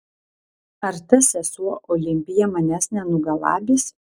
ar ta sesuo olimpija manęs nenugalabys